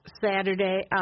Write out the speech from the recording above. Saturday